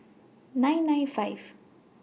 nine nine five